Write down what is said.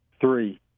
three